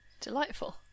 Delightful